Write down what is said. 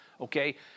okay